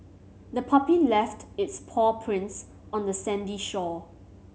the puppy left its paw prints on the sandy shore